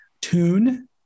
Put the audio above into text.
tune